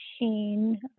machine